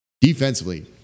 Defensively